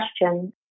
question